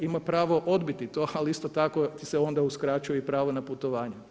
Ima pravo odbiti to, ali isto tako ti se onda uskraćuje i prvo na putovanja.